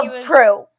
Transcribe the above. true